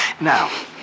Now